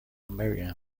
maryam